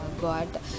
god